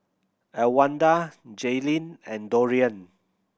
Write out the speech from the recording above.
Elwanda Jayleen and Dorian